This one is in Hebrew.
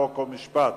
חוק ומשפט.